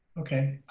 okay.